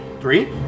Three